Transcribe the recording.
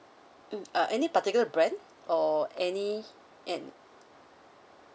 mm uh any particular brand or any and